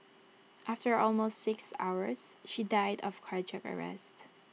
after almost six hours she died of cardiac arrest